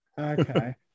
okay